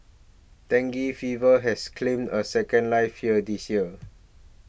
dengue fever has claimed a second life here this year